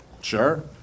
Sure